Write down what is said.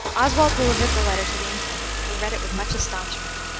oswald delivered the letter to the intendant, who read it with much astonishment.